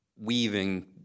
weaving